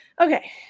okay